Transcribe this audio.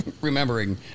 remembering